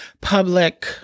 public